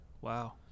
Wow